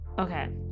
Okay